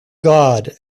god